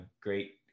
great